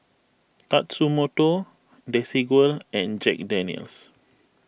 Tatsumoto Desigual and Jack Daniel's